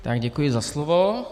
Já děkuji za slovo.